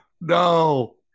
No